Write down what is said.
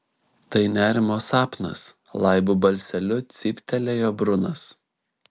tai nerimo sapnas laibu balseliu cyptelėjo brunas